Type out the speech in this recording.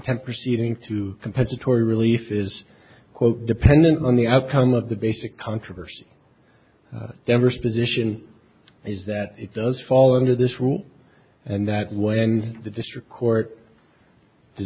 content proceeding to compensatory relief is quote dependent on the outcome of the basic controversy devers position is that it does fall under this rule and that when the district court